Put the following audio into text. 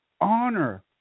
honor